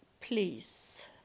please